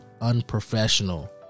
unprofessional